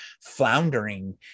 floundering